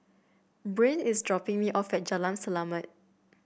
Brynn is dropping me off at Jalan Selamat